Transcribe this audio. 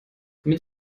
mit